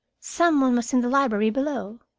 some one was in the library below.